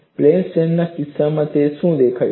plane stress ના કિસ્સામાં તે કેવું દેખાય છે